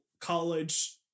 college